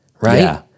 Right